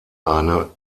eine